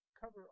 cover